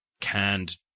canned